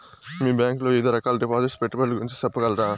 మీ bank లో వివిధ రకాల డిపాసిట్స్, పెట్టుబడుల గురించి సెప్పగలరా?